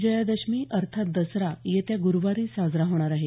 विजया दशमी अर्थात दसरा येत्या ग्रुवारी साजरा होणार आहे